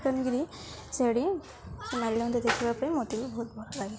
ତେଣୁକିରି ସିଆଡ଼େ ସେ ମାଲ୍ୟବନ୍ତ ଦେଖିବା ପାଇଁ ମୋତେ ବି ବହୁତ ଭଲ ଲାଗେ